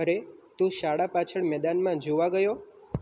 અરે તું શાળા પાછળ મેદાનમાં જોવા ગયો